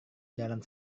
jalan